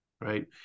right